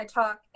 talk